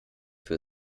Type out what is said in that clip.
für